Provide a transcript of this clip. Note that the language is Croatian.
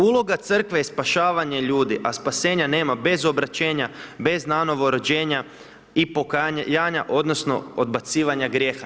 Uloga crkve i spašavanje ljudi, a spasenja nema bez obraćenja, bez nanovo rođenja i pokajanja odnosno odbacivanja grijeha.